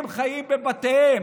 הם חיים בבתיהם,